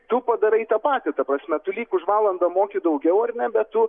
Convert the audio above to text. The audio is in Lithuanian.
tu padarai tą patį ta prasme tu lyg už valandą moki daugiau ar ne bet tu